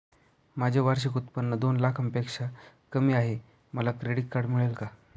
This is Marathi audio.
माझे वार्षिक उत्त्पन्न दोन लाखांपेक्षा कमी आहे, मला क्रेडिट कार्ड मिळेल का?